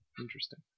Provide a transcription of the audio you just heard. Interesting